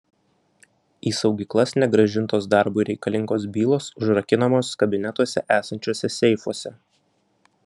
į saugyklas negrąžintos darbui reikalingos bylos užrakinamos kabinetuose esančiuose seifuose